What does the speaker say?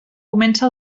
comença